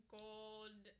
gold